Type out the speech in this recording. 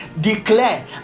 declare